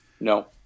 No